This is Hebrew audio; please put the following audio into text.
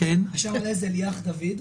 השם המלה הוא ליאח דוד,